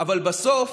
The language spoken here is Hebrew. אבל בסוף